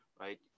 right